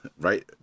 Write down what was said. right